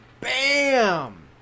Bam